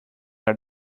are